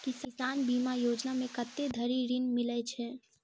किसान बीमा योजना मे कत्ते धरि ऋण मिलय छै?